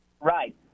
Right